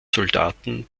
soldaten